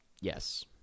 Yes